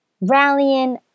rallying